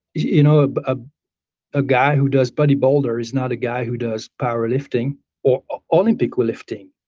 you know ah a guy who does buddy builder is not a guy who does power lifting or ah olympic lifting,